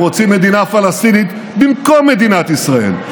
הם רוצים מדינה פלסטינית במקום מדינת ישראל,